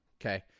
Okay